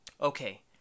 okay